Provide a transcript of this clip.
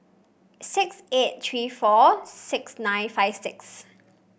six eight three four six nine five six